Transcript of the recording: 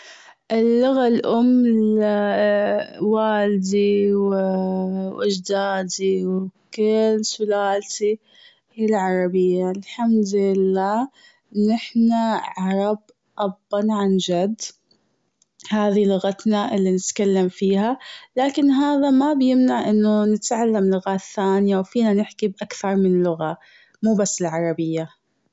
اللغة الأم والدي و و أجدادي و كل سلاسي هي العربية الحمد لله. نحنا عرب أباً عن جد. هذي لغتنا اللي نتكلم فيها لكن هذا ما بيمنع إنه نتعلم لغات ثانية و فينا نحكي بأكثر من لغة. مو بس العربية.